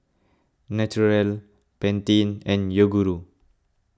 Naturel Pantene and Yoguru